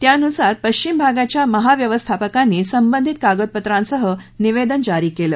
त्यानुसार पश्चिम भागाच्या महाव्यवस्थापकांनी संबंधित कागदपत्रांसह निवेदन जारी केलं